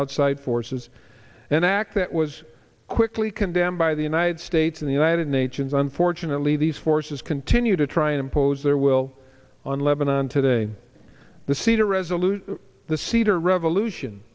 outside forces an act that was quickly condemned by the united states and the united nations unfortunately these forces continue to try and impose their will on lebanon today the cedar resolute the cedar revolution